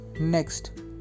Next